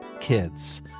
kids